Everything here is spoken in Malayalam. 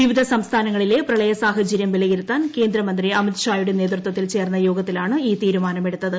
വിവിധ സംസ്ഥാനങ്ങളിലെ പ്രളയ സാഹചര്യം വില്ല്യ്ക്ക്ക്താൻ കേന്ദ്രമന്ത്രി അമിത്ഷായുടെ നേതൃത്വത്തിൽ ചേർന്ന് ഏക്യോഗത്തിലാണ് ഈ തീരുമാനം എടുത്തത്